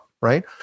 right